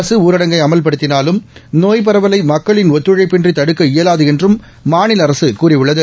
அரசு ஊரடங்கை அமல்படுத்தினாலும் நோய்ப் பரவலை மக்களின் ஒத்துழைப்பின்றி தடுக்க இயலாது என்றும் மாநில அரசு கூறியுள்ளது